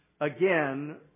again